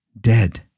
dead